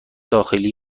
داخلی